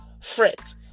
fret